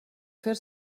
fer